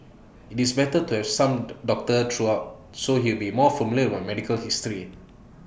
IT is better to have some doctor throughout so he would be familiar with my medical history